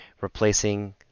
replacing